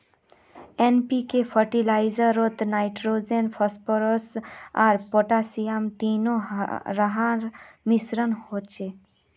NPK फ़र्टिलाइज़रोत nitrogen, phosphorus आर potassium तीनो रहार मिश्रण होचे